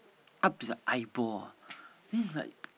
up to their eyeball ah this is like